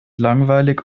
langweilig